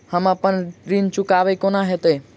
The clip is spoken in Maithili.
हम अप्पन ऋण चुकाइब कोना हैतय?